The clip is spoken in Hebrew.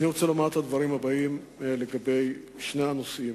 רוצה לומר את הדברים הבאים לגבי שני הנושאים.